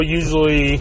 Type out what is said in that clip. usually